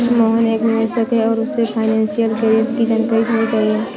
मोहन एक निवेशक है और उसे फाइनेशियल कैरियर की जानकारी होनी चाहिए